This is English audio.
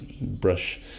brush